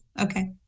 okay